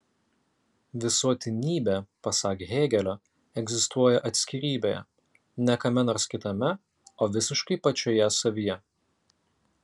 visuotinybė pasak hėgelio egzistuoja atskirybėje ne kame nors kitame o visiškai pačioje savyje